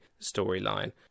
storyline